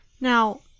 now